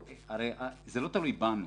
הרי זה לא תלוי בנו,